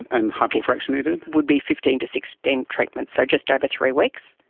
and hypofractionated? would be fifteen to sixteen treatments, so just over three weeks.